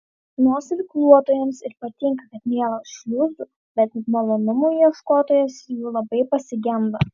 nors irkluotojams ir patinka kad nėra šliuzų bet malonumų ieškotojas jų labai pasigenda